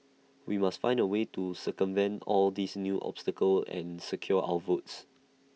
we must find A way to circumvent all these new obstacles and secure our votes